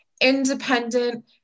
independent